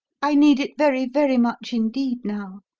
i need it very very much indeed now.